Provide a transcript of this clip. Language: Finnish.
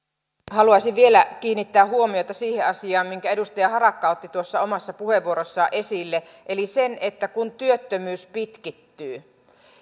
haluaisin vielä kiinnittää huomiota siihen asiaan minkä edustaja harakka otti tuossa omassa puheenvuorossaan esille eli siihen että kun työttömyys pitkittyy